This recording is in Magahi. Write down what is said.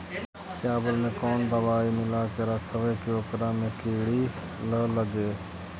चावल में कोन दबाइ मिला के रखबै कि ओकरा में किड़ी ल लगे?